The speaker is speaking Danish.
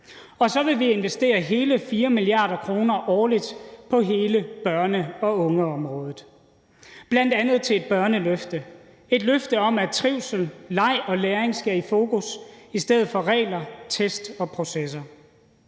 Og så vil vi investere hele 4 mia. kr. årligt på hele børne- og ungeområdet, bl.a. til et børneløfte; et løfte om, at trivsel, leg og læring skal i fokus i stedet for regler, test og processer.